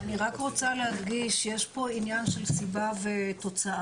אני רק רוצה להדגיש, יש פה עניין של סיבה ותוצאה: